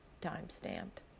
time-stamped